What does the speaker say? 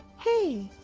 hey!